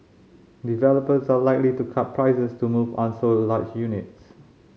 developers are likely to cut prices to move unsold large units